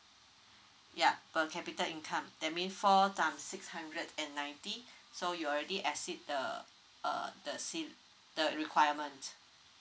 ya per capita income that mean four times six hundred and ninety so you already exceed the uh the si~ the requirement